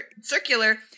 circular